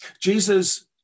jesus